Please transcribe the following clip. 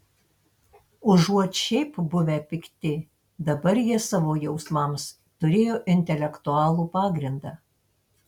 užuot šiaip buvę pikti dabar jie savo jausmams turėjo intelektualų pagrindą